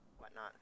whatnot